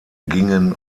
gingen